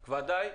בוודאי.